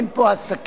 אין פה עסקים,